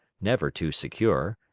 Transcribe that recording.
never too secure.